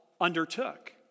undertook